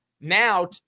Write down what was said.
Now